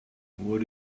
what